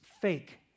fake